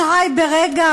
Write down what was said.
"אשראי ברגע,